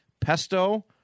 pesto